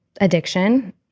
addiction